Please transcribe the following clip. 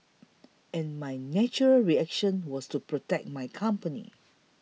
and my natural reaction was to protect my company